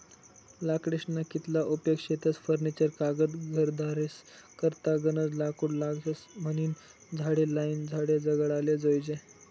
लाकडेस्ना कितला उपेग शेतस फर्निचर कागद घरेदारेस करता गनज लाकूड लागस म्हनीन झाडे लायीन झाडे जगाडाले जोयजे